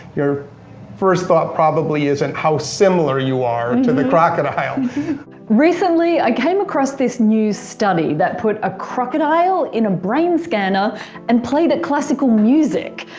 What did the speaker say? your first thought probably isn't how similar you are to and and the crocodile recently i came across this new study that put a crocodile in a brain scanner and played it classical music.